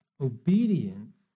obedience